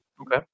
Okay